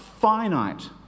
finite